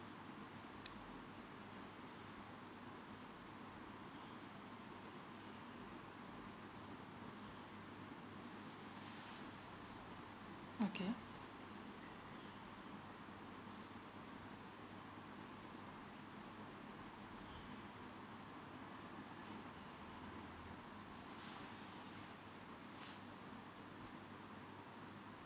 okay